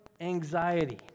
anxiety